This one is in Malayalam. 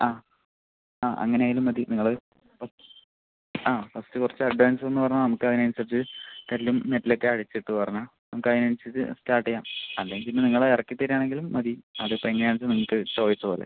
ആ ആ അങ്ങനെ ആയാലും മതി നിങ്ങൾ ഇപ്പോൾ ആ ഫസ്റ്റ് കുറച്ച് അഡ്വാൻസ് തന്നു പറഞ്ഞാൽ നമുക്ക് അതിന് അനുസരിച്ച് കല്ലും മെറ്റലൊക്കെ അടിച്ചിട്ട് പറഞ്ഞാൽ നമുക്ക് അതിന് അനുസരിച്ച് സ്റ്റാർട്ട് ചെയ്യാം അല്ലേ പിന്നെ നിങ്ങൾ ഇറക്കി തരികയാണെങ്കിലും മതി അത് ഇപ്പോൾ എങ്ങനെയാണ് വെച്ചാൽ നിങ്ങൾക്ക് ചോയ്സ് പോലെ